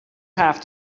have